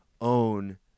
own